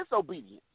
disobedience